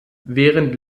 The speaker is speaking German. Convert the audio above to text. während